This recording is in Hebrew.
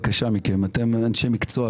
אתם אנשי מקצוע,